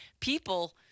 people